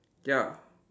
ya